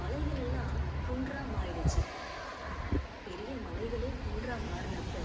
மலைகள் எல்லாம் குன்றாக மாறிடுச்சு பெரிய மலைகளே குன்றாக மாறினப்ப